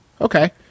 Okay